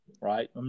right